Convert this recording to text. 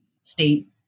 state